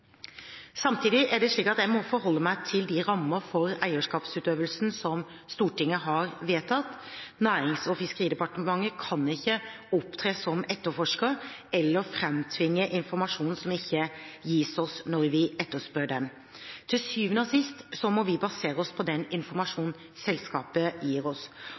Samtidig er det slik at jeg må forholde meg til de rammer for eierskapsutøvelsen som Stortinget har vedtatt. Nærings- og fiskeridepartementet kan ikke opptre som etterforsker eller framtvinge informasjon som ikke gis oss når vi etterspør den. Til syvende og sist må vi basere oss på den informasjonen selskapene gir oss.